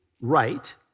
right